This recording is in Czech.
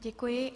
Děkuji.